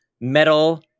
Metal